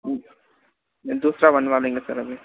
दूसरा बनवा लेंगे अभी